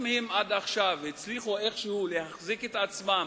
אם הן עד עכשיו הצליחו איכשהו להחזיק את עצמן